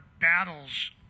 battles